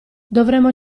dovremmo